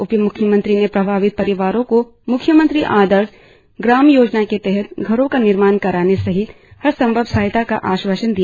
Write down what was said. उपम्ख्यमंत्री ने प्रभावित परिवारों को म्ख्यमंत्री आदर्श ग्राम योजना के तहत घरो का निर्माण कराने सहित हर संभव सहायता का आशवासन दिया